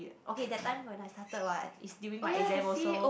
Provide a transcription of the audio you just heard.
okay that time when I started what is during my exam also